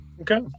Okay